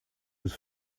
was